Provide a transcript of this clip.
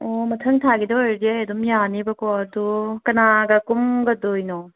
ꯑꯣ ꯃꯊꯪ ꯊꯥꯒꯤꯗ ꯑꯣꯏꯔꯗꯤ ꯑꯩ ꯑꯗꯨꯝ ꯌꯥꯅꯦꯕꯀꯦ ꯑꯗꯣ ꯀꯅꯥꯒ ꯀꯨꯝꯒꯗꯣꯏꯅꯣ